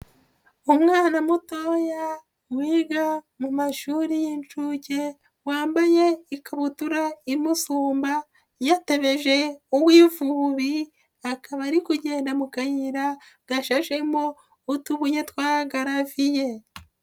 Umwana mutoya wiga mu mashuri y'inshuke, wambaye ikabutura imusumba yatebeje uw'ivubi, akaba arigenda mu kayira gashashem utubunye twa garaviye.